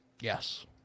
Yes